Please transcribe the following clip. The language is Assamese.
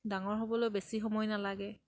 ডাঙৰ হ'বলৈ বেছি সময় নালাগে